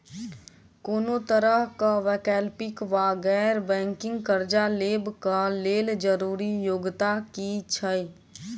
कोनो तरह कऽ वैकल्पिक वा गैर बैंकिंग कर्जा लेबऽ कऽ लेल जरूरी योग्यता की छई?